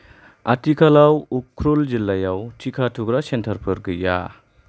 आथिखालाव उख्रुल जिल्लायाव टिका थुग्रा सेन्टारफोर गैया